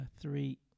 three